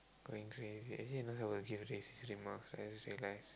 going crazy actually not suppose to give racist remarks I just realise